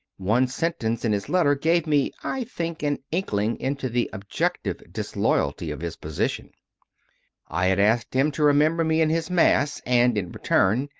one sentence in his letter gave me, i think, an inkling into the objective disloyalty of his position i had asked him to remember me in his mass and, in return,